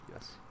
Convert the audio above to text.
Yes